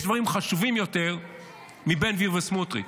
יש דברים חשובים יותר מבן גביר וסמוטריץ'.